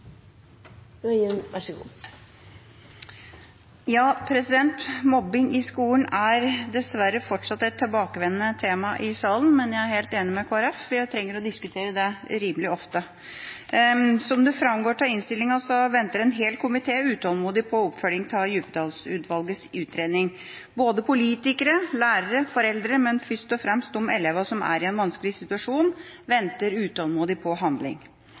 dessverre fortsatt et tilbakevendende tema i salen, men jeg er helt enig med Kristelig Folkeparti: Vi trenger å diskutere det rimelig ofte. Som det framgår av innstillinga, venter en hel komité utålmodig på oppfølginga av Djupedal-utvalgets utredning. Både politikere, lærere og foreldre – men først og fremst de elevene som er i en vanskelig situasjon – venter utålmodig på handling.